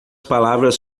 palavras